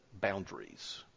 boundaries